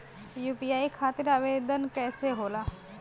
UPI खातिर आवेदन कैसे होला?